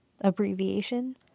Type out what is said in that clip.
abbreviation